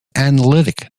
analytic